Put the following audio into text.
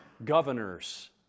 governors